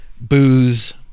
booze